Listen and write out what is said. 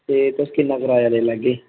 ते तुस किन्ना कराया लेई लैगे